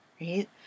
right